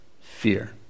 fear